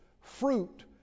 fruit